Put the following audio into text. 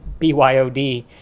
BYOD